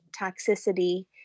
toxicity